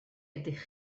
ydych